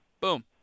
Boom